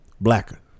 Blacker